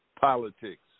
politics